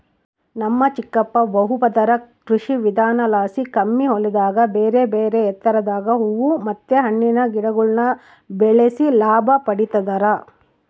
ನಮ್ ಚಿಕ್ಕಪ್ಪ ಬಹುಪದರ ಕೃಷಿವಿಧಾನಲಾಸಿ ಕಮ್ಮಿ ಹೊಲದಾಗ ಬೇರೆಬೇರೆ ಎತ್ತರದಾಗ ಹೂವು ಮತ್ತೆ ಹಣ್ಣಿನ ಗಿಡಗುಳ್ನ ಬೆಳೆಸಿ ಲಾಭ ಪಡಿತದರ